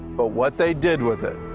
but what they did with it.